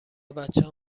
بچهها